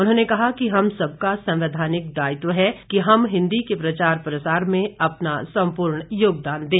उन्होंने कहा कि हम सबका संवैधानिक दायित्व है कि हम हिंदी के प्रचार प्रसार में अपना संपूर्ण योगदान दें